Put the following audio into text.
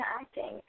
acting